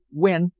when,